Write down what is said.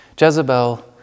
Jezebel